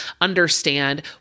understand